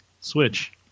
Switch